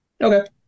Okay